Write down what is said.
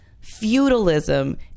feudalism